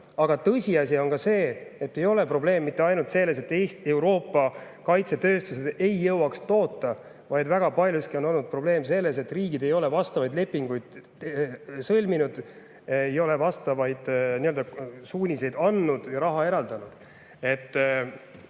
Aga tõsiasi on ka see, et probleem ei ole mitte ainult selles, et Euroopa kaitsetööstused ei jõua toota, vaid väga paljuski on olnud probleem selles, et riigid ei ole vastavaid lepinguid sõlminud, ei ole ka vastavaid suuniseid andnud ega raha eraldanud. Ma